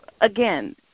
again